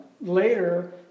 later